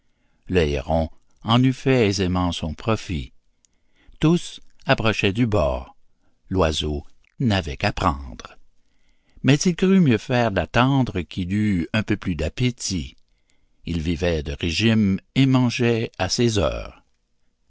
le héron en eût fait aisément son profit tous approchaient du bord l'oiseau n'avait qu'à prendre mais il crut mieux faire d'attendre qu'il eût un peu plus d'appétit il vivait de régime et mangeait à ses heures